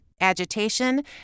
agitation